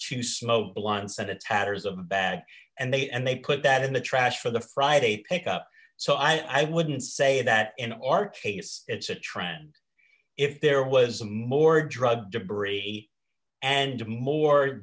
two snow blindsided tatters i'm back and they and they put that in the trash for the friday pick up so i wouldn't say that in our case it's a trend if there was more drug debris and more